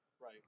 right